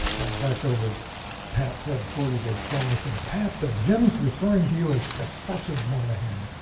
and back over at pat's headquarters, a journalist said, pat, ah jim's referring to you as professor moynihan.